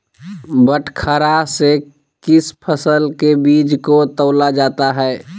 बटखरा से किस फसल के बीज को तौला जाता है?